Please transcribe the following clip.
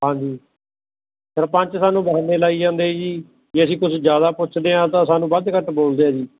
ਹਾਂਜੀ ਸਰਪੰਚ ਸਾਨੂੰ ਬਹਾਨੇ ਲਾਈ ਜਾਂਦੇ ਆ ਜੀ ਜੇ ਅਸੀਂ ਕੁਛ ਜ਼ਿਆਦਾ ਪੁੱਛਦੇ ਹਾਂ ਤਾਂ ਸਾਨੂੰ ਵੱਧ ਘੱਟ ਬੋਲਦੇ ਆ ਜੀ